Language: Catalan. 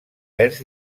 vers